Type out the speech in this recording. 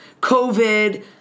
COVID